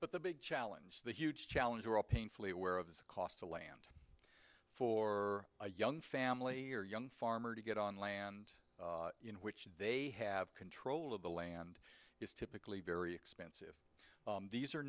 but the big challenge the huge challenge we're all painfully aware of the cost to land for a young family or young farmer to get on land in which they have control of the land is typically very expensive these are